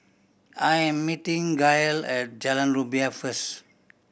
I'm meeting Gail at Jalan Rumbia first